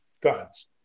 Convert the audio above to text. guns